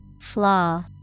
Flaw